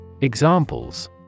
Examples